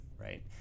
right